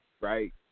right